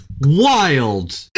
wild